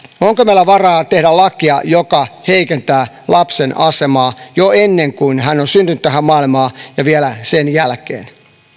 onko meillä varaa tehdä lakia joka heikentää lapsen asemaa jo ennen kuin hän on syntynyt tähän maailmaan ja vielä sen jälkeen